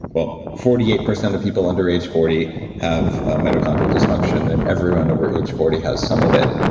well forty eight percent of people under age forty have ah mitochondrial dysfunction and everyone over age forty has some of it,